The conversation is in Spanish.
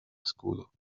escudo